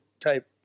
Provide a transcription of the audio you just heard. type